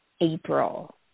April